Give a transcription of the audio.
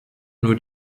nur